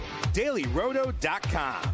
DailyRoto.com